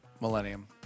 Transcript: Millennium